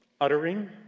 uttering